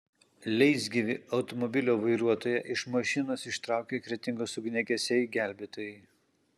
leisgyvį automobilio vairuotoją iš mašinos ištraukė kretingos ugniagesiai gelbėtojai